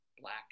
Black